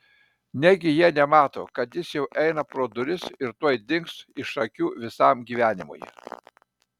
negi jie nemato kad jis jau eina pro duris ir tuoj dings iš akių visam gyvenimui